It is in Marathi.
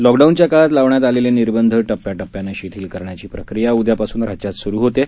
लॉकडाऊनच्या काळात लावण्यात आलेले निर्बंध टप्प्याटप्प्याने शिथिल करण्याची प्रक्रिया उदयापासून राज्यात सुरू होते आहे